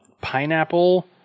pineapple